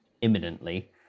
imminently